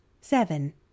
seven